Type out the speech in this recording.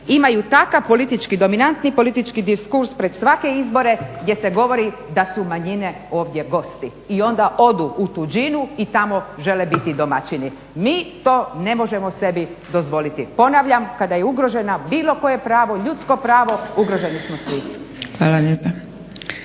imaju takav politički dominantni diskurs pred svake izbore gdje se govori da su manjine ovdje gosti. I onda odu u tuđinu i tamo žele biti domaćini. Mi to ne možemo sebi dozvoliti. Ponavljam, kada je ugroženo bilo koje pravo, ljudsko pravo, ugroženi smo svi. **Zgrebec,